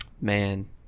Man